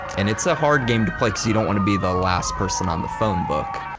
and it's a hard game to play cause you don't want to be the last person on the phone book.